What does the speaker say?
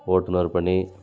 ஓட்டுநர் பணி